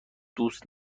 دوست